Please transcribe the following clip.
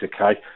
okay